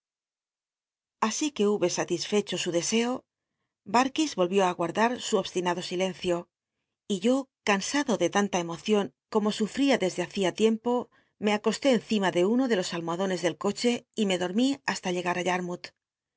así que hube satisfecho su deseo darkis y olviú i guardat su obstinado silencio y yo cansado de tankt emocion corno sufl'ia dcde hacia tiempo me agosté encima de uno de los almohadones del coché y me clormi hasta llegar i